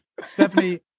Stephanie